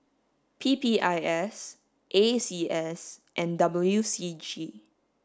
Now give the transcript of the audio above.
P P I S A C S and W C G